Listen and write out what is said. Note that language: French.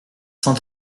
cent